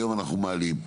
היום אנחנו מעלים.